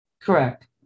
Correct